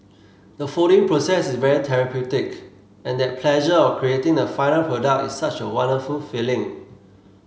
the folding process is very therapeutic and that pleasure of creating the final product is such a wonderful feeling